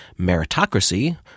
meritocracy